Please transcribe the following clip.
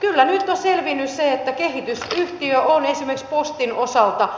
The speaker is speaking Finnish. kyllä nyt on selvinnyt se että kehitysyhtiö on esimerkiksi postin osalta